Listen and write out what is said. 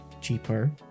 cheaper